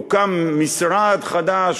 הוקם משרד חדש,